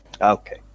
Okay